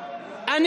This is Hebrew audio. יש תוצאה.